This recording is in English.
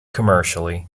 commercially